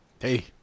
Hey